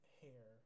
hair